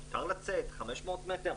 מותר לצאת 500 מטר,